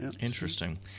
Interesting